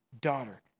daughter